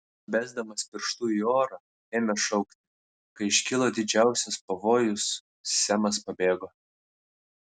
besdamas pirštu į orą ėmė šaukti kai iškilo didžiausias pavojus semas pabėgo